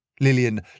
Lillian